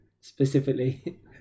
specifically